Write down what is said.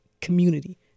community